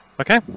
Okay